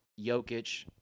Jokic